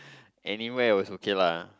anywhere also okay lah